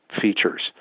features